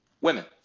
Women